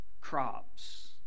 crops